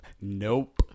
Nope